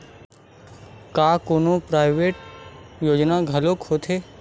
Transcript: का कोनो प्राइवेट योजना घलोक होथे?